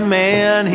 man